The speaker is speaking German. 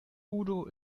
udo